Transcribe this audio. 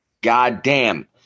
goddamn